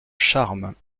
charmes